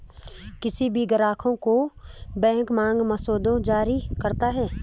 किसी भी ग्राहक को बैंक मांग मसौदा जारी करता है